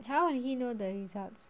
how would he know the results